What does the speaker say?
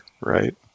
right